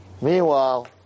Meanwhile